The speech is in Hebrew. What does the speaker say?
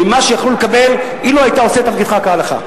ממה שיכלו לקבל אילו היית עושה את תפקידך כהלכה.